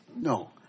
no